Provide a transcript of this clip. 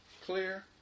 Clear